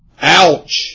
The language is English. Ouch